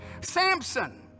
Samson